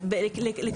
זה